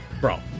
Bro